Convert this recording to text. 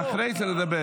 בוודאי שאני יכול.